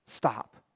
Stop